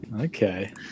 Okay